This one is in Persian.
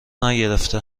نگرفته